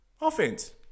Offense